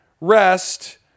rest